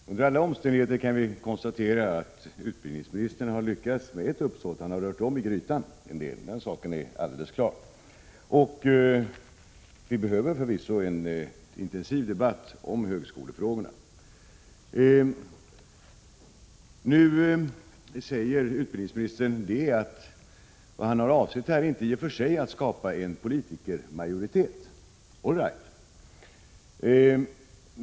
Herr talman! Under alla omständigheter kan vi konstatera att utbildningsministern har lyckats med ett uppsåt: Han har rört om i grytan — den saken är alldeles klar. Och vi behöver förvisso en intensiv debatt om högskolefrågorna. Nu säger utbildningsministern att vad han har avsett är inte i och för sig att skapa en politikermajoritet. All right.